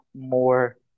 more